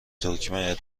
دکمه